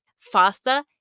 faster